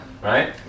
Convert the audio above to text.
right